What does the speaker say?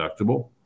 deductible